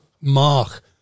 Mark